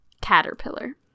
Caterpillar